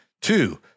two